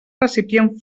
recipient